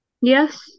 Yes